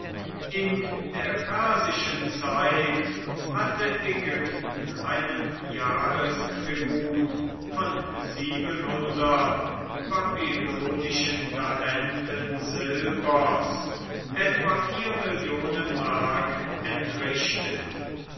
in der persischen zeit hatte ägypten einen jahrestribut von babylonischen talenten silbers etwa vier mark entrichtet